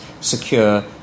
secure